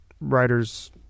writers